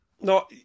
No